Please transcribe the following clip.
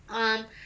um